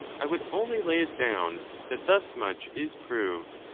i would only lay it down that thus much is proved,